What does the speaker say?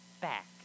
back